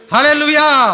Hallelujah